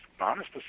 honest